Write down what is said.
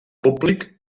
públic